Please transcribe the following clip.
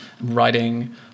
writing